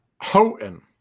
Houghton